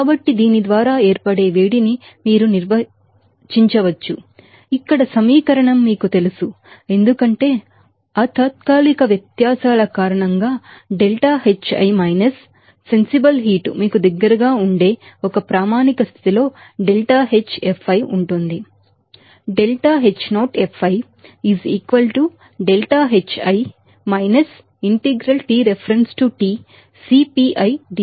కాబట్టి దీని ద్వారా ఏర్పడే వేడిని మీరు నిర్వచించవచ్చు ఇక్కడ సమీకరణం మీకు తెలుసు ఎందుకంటే ఆతాత్కాలిక వ్యత్యాసాల కారణంగా delta Hi minus sensible heat మీకు దగ్గరగా ఉండే ఒక స్టాండర్డ్ కండిషన్లో Δహెచ్fi